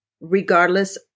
regardless